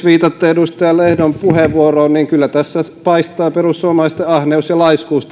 viitaten edustaja lehdon puheenvuoroon kyllä tässä kysymyksessä paistaa perussuomalaisten ahneus ja laiskuus